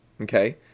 Okay